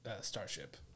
starship